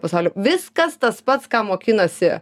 pasaulio viskas tas pats ką mokinosi